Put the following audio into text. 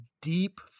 deep